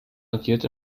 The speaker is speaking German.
agiert